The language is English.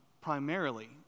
primarily